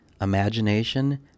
imagination